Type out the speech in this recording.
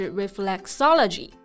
reflexology